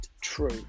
true